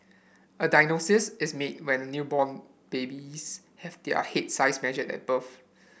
a diagnosis is made when newborn babies have their head size measured at birth